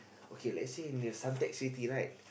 okay let's say in the Suntec-City right